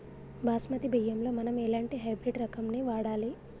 బాస్మతి బియ్యంలో మనం ఎలాంటి హైబ్రిడ్ రకం ని వాడాలి?